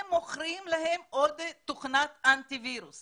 הם מוכרים להם עוד תוכנת אנטי וירוס